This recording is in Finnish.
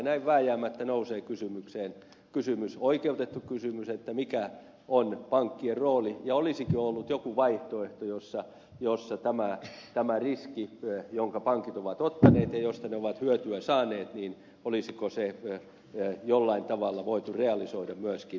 näin vääjäämättä nousee oikeutettu kysymys mikä on pankkien rooli ja olisiko ollut joku vaihtoehto jossa tämä riski jonka pankit ovat ottaneet ja josta ne ovat hyötyä saaneet olisi jollain tavalla voitu realisoida myöskin pankeille